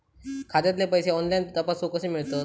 खात्यातले पैसे ऑनलाइन तपासुक कशे मेलतत?